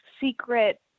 secret